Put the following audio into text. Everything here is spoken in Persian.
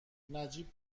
نجیب